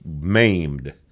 maimed